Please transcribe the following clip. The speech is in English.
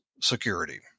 security